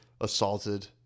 assaulted